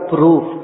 Proof